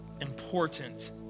important